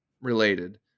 related